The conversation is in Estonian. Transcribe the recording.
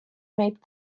näib